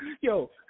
Yo